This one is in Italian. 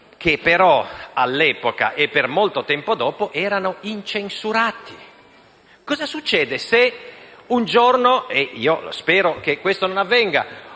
che però, all'epoca e per molto tempo dopo, erano incensurati. Cosa succede se un giorno - e io spero che questo non avvenga